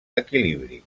equilibri